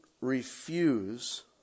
refuse